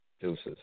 Deuces